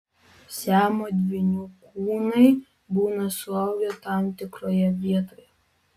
siamo dvynių kūnai būna suaugę tam tikroje vietoje